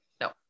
no